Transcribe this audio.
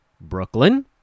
Brooklyn